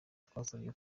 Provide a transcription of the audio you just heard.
twasabye